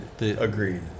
Agreed